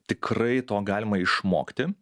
tikrai to galima išmokti